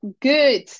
good